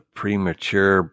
premature